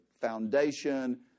foundation